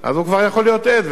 אז הוא כבר יכול להיות עד.